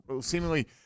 seemingly